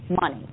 money